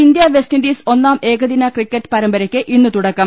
India West Indies ഒന്നാം ഏകദിനക്രിക്കറ്റ് പരമ്പരയ്ക്ക് ഇന്ന് തുടക്കം